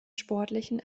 sportlichen